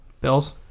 Bills